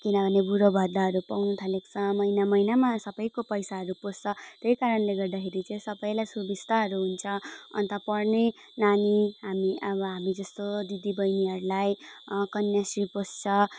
किनभने बुढो भत्ताहरू पाउनु थालेको छ महिना महिनामा सबैको पैसाहरू पस्छ त्यही कारणले गर्दाखेरि चाहिँ सबैलाई सुबिस्ताहरू हुन्छ अन्त पढ्ने नानी हामी अब हामी जस्तो दिदी बहिनीहरूलाई कन्याश्री पस्छ